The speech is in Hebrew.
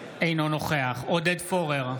נוכח עודד פורר,